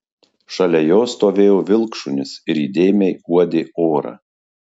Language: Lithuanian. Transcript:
šalia jo stovėjo vilkšunis ir įdėmiai uodė orą